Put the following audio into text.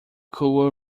coal